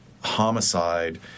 homicide